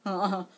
a'ah